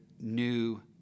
new